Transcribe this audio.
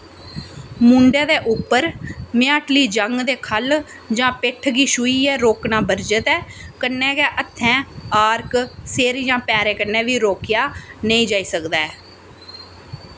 मूंढें दे उप्पर मझाटली जंङ दे ख'ल्ल जां पिट्ठ गी छूहियै रोकना बर्जत ऐ कन्नै गै हत्थें आरक सिर जां पैरें कन्नै बी रोकेआ नेईं जाई सकदा ऐ